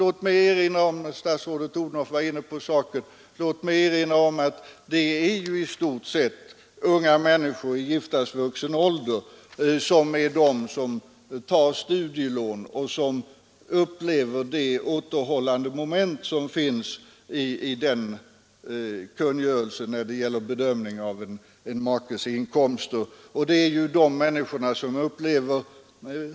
Låt mig erinra om att — statsrådet Odhnoff var inne på saken — det i stor utsträckning gäller unga människor i giftasvuxen ålder som tar studielån och som upplever reglerna för dessa som starkt återhållande när det gäller lusten att ingå äktenskap.